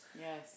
Yes